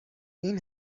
این